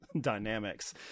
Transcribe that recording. dynamics